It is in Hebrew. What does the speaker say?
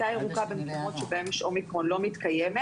הכיתה הירוקה במקומות שבהם יש אומיקרון לא מתקיימת.